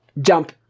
jump